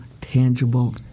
tangible